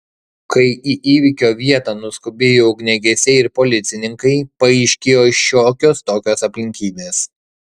kai į įvykio vietą nuskubėjo ugniagesiai ir policininkai paaiškėjo šiokios tokios aplinkybės